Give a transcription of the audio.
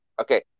Okay